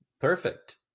perfect